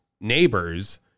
neighbors